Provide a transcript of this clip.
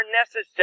necessary